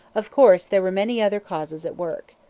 of course there were many other causes at work.